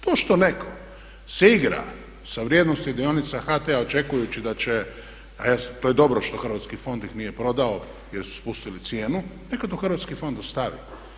To što netko se igra sa vrijednosti dionica HT-a očekujući da će a to je dobro što Hrvatski fond ih nije prodao jer su spustili cijenu, neka to Hrvatski fond ostavi.